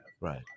Right